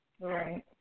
Right